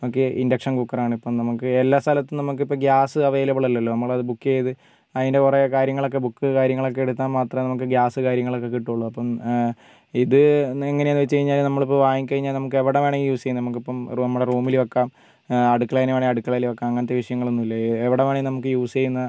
നമുക്ക് ഇൻഡക്ഷൻ കുക്കറാണ് ഇപ്പം നമുക്ക് എല്ലാ സ്ഥലത്തും നമുക്ക് ഇപ്പോൾ ഗ്യാസ് അവൈലബിൾ അല്ലല്ലോ നമ്മൾ അത് ബുക്ക് ചെയ്ത് അയിൻ്റെ കുറെ കാര്യങ്ങൾ ഒക്കെ ബുക്ക് കാര്യങ്ങൾ ഒക്കെ എടുത്താൽ മാത്രമൊക്കെ ഗ്യാസ് കാര്യങ്ങൾ ഒക്കെ കിട്ടോളൂ അപ്പം ഇത് എങ്ങനെയാണ് എന്ന് വെച്ച് കഴിഞ്ഞാൽ നമ്മൾ ഇപ്പോൾ വാങ്ങി കഴിഞ്ഞാൽ നമുക്ക് എവിടെ വേണമെങ്കിലും യൂസ് ചെയ്യാം നമുക്ക് ഇപ്പം നമ്മുടെ റൂമിൽ വെക്കാം അടുക്കളയിൽ വേണമെങ്കിൽ അടുക്കളയിൽ വെക്കാം അങ്ങനത്തെ വിഷയങ്ങൾ ഒന്നുമില്ല എ എവിടെവേണമെങ്കിലും നമുക്ക് യൂസ് ചെയ്യുന്ന